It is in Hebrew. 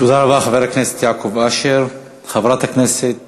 תודה רבה, חבר הכנסת